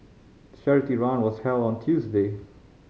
the charity run was held on Tuesday